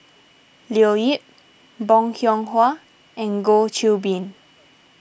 Leo Yip Bong Hiong Hwa and Goh Qiu Bin